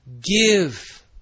give